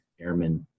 airmen